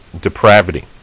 depravity